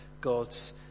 God's